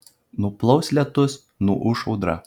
nuplaus lietus nuūš audra